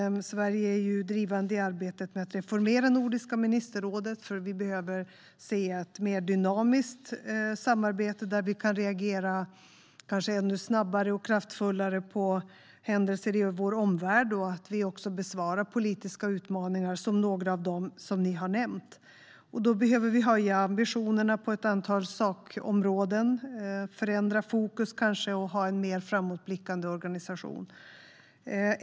Sverige är drivande i arbetet med att reformera Nordiska ministerrådet, eftersom vi behöver få ett mer dynamiskt samarbete så att vi kanske kan reagera ännu snabbare och kraftfullare på händelser i vår omvärld och så att vi också besvarar politiska utmaningar, som några av dem som ni har nämnt. Då behöver vi höja ambitionerna på ett antal sakområden, kanske förändra fokus och ha en mer framåtblickande organisation.